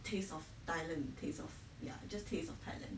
taste of thailand taste of ya just taste of thailand